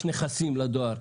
יש נכסים לדואר,